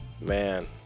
Man